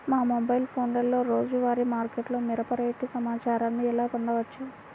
మా మొబైల్ ఫోన్లలో రోజువారీ మార్కెట్లో మిరప రేటు సమాచారాన్ని ఎలా పొందవచ్చు?